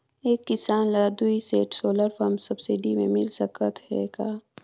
एक किसान ल दुई सेट सोलर पम्प सब्सिडी मे मिल सकत हे का?